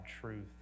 truth